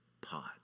pot